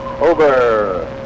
over